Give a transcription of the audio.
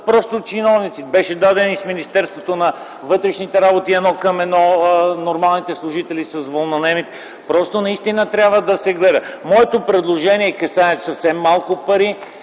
просто чиновници. Беше дадено и в Министерството на вътрешните работи едно към едно нормалните служители с волнонаемните. Наистина трябва да се гледа. Моето предложение касае съвсем малко пари,